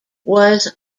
was